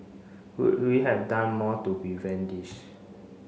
could we have done more to prevent this